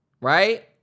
Right